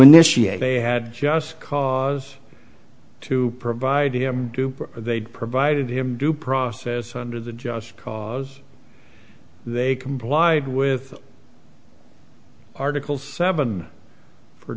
initiate they had just cause to provide him they'd provided him due process under the just cause they complied with article seven for